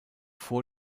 vor